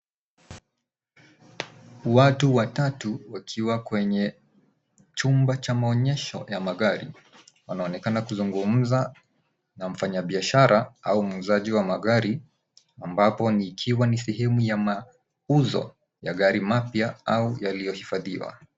Watu watatu wakiwa kwenye chumba cha maonyesho ya magari. Wanaonekana kuzungumza na fanya biashara au muuzaji wa magari ambapo ni sehemu ya mauzo ya magari mapya au yaliyo hifadhiwa.